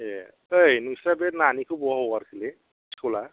ए ओइ नोंसिना बे नानिखौ बहा हगारखोलै स्कुला